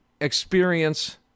experience